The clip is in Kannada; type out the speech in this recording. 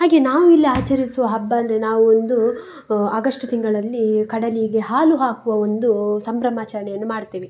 ಹಾಗೆ ನಾವು ಇಲ್ಲಿ ಆಚರಿಸುವ ಹಬ್ಬ ಅಂದರೆ ನಾವು ಒಂದು ಅಗಷ್ಟ್ ತಿಂಗಳಲ್ಲಿ ಕಡಲಿಗೆ ಹಾಲು ಹಾಕುವ ಒಂದು ಸಂಭ್ರಮಾಚರಣೆಯನ್ನು ಮಾಡ್ತೇವೆ